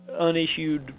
unissued